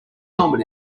helmet